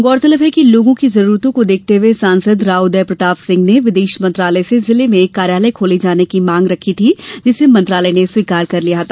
गौरतलब है लोगों की जरुरतों को देखते हुए सांसद राव उदय प्रताप सिंह ने विदेश मंत्रालय से जिले में कार्यालय खोले जाने की मांग रेखी थी जिसे मंत्रालय ने स्वीकार किया था